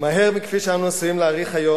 "מהר מכפי שאנו עשויים להעריך היום,